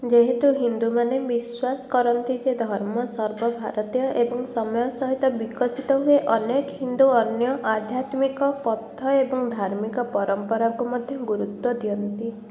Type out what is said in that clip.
ଯେହେତୁ ହିନ୍ଦୁମାନେ ବିଶ୍ୱାସ କରନ୍ତି ଯେ ଧର୍ମ ସର୍ବ ଭାରତୀୟ ଏବଂ ସମୟ ସହିତ ବିକଶିତ ହୁଏ ଅନେକ ହିନ୍ଦୁ ଅନ୍ୟ ଆଧ୍ୟାତ୍ମିକ ପଥ ଏବଂ ଧାର୍ମିକ ପରମ୍ପରାକୁ ମଧ୍ୟ ଗୁରୁତ୍ୱ ଦିଅନ୍ତି